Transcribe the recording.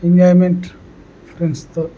enjoyment ఫ్రెండ్స్తో